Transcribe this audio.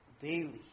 daily